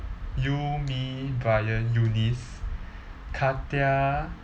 you me brian eunice kathiar